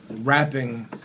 rapping